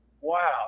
Wow